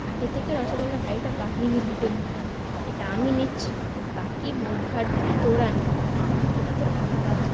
আগে থেকে রসগোল্লার হাঁড়িটা বাগিয়ে নিল টেনিদা এটা আমি নিচ্ছি বাকি মোটঘাটগুলো তোরা নে টেনিদা তো ফাঁকিবাজ